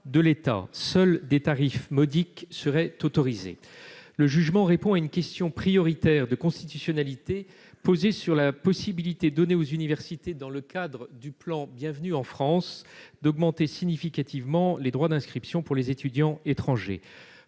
de l'État ». Seuls des tarifs modiques seraient autorisés. Le jugement répond à une question prioritaire de constitutionnalité sur la possibilité donnée aux universités d'augmenter significativement les droits d'inscription pour les étudiants étrangers,